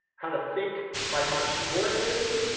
how to think by not subordinating.